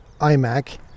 iMac